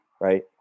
right